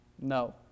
No